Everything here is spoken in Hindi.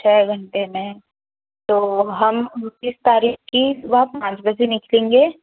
छ घंटे में तो हम उनतीस तारीख की सुबह पाँच बजे निकलेंगे